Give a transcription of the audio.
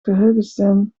geheugensteun